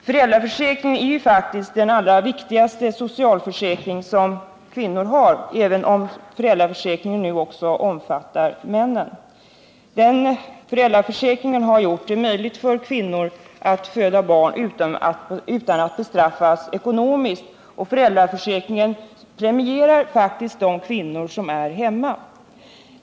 Föräldraförsäkringen är ju den allra viktigaste socialförsäkring som kvinnor har, även om föräldraförsäkringen nu också omfattar männen. Föräldraförsäkringen har gjort det möjligt för kvinnor att föda barn utan att de bestraffas ekonomiskt, och föräldraförsäkringen premierar faktiskt de kvinnor som är hemma.